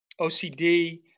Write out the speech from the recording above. OCD